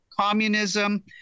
communism